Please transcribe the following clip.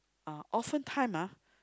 often time ah